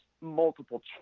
multiple